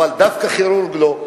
אבל דווקא כירורג לא.